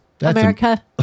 america